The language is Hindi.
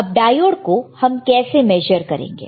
अब डायोड को हम कैसे मेजर करेंगे